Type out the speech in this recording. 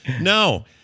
no